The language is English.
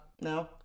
No